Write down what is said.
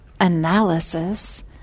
analysis